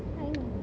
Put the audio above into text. I know